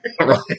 Right